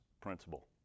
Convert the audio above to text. principle